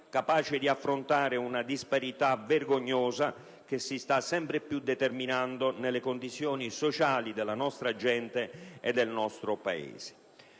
capace di affrontare una disparità vergognosa che si sta sempre più determinando nelle condizioni sociali della nostra gente e del nostro Paese.